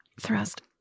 Thrust